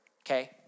okay